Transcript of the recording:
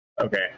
Okay